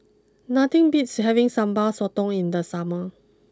nothing beats having Sambal Sotong in the summer